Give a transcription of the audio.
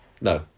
No